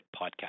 podcast